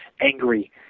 angry